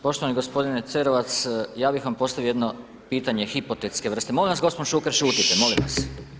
Poštovani gospodine Cerovac, ja bih vam postavio jedno pitanje hipotetske vrste. … [[Upadica sa strane, ne razumije se.]] Molim vas gospodine Šuker, šutite, molim vas.